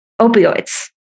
opioids